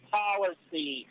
policy